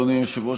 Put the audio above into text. אדוני היושב-ראש,